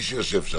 אפשר,